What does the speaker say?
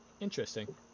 Interesting